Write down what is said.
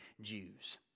Jews